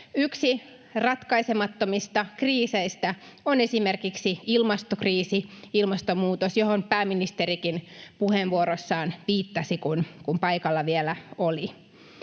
Yksi ratkaisemattomista kriiseistä on esimerkiksi ilmastokriisi, ilmastonmuutos, johon pääministerikin puheenvuorossaan viittasi, kun paikalla vielä oli.